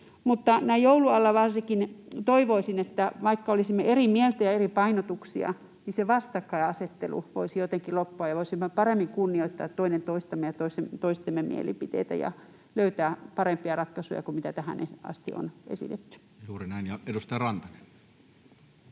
Mutta näin joulun alla varsinkin toivoisin, että vaikka olisimme eri mieltä ja meillä olisi eri painotuksia, niin se vastakkainasettelu voisi jotenkin loppua ja voisimme paremmin kunnioittaa toinen toistamme ja toistemme mielipiteitä ja löytää parempia ratkaisuja kuin mitä tähän asti on esitetty. [Speech 83] Speaker: Toinen